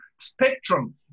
spectrum